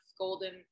golden